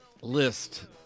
list